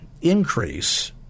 increase